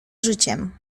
życiem